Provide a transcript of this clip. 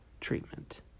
treatment